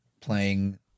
playing